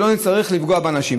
שלא נצטרך לפגוע באנשים.